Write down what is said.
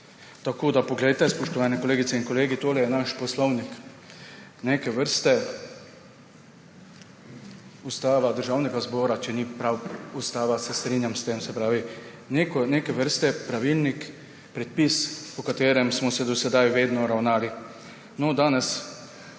biti za vzgled. Spoštovane kolegice in kolegi, tole je naš poslovnik, neke vrste ustava Državnega zbora, čeprav ni ustava, se strinjam s tem. Se pravi neke vrste pravilnik, predpis, po katerem smo se do sedaj vedno ravnali. Danes